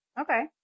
Okay